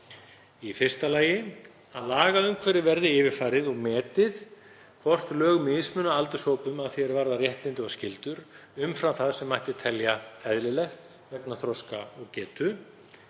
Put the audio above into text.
Í fyrsta lagi að lagaumhverfið verði yfirfarið og metið hvort lög mismuna aldurshópum að því er varðar réttindi og skyldur umfram það sem mætti telja eðlilegt vegna þroska og getu.